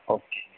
okay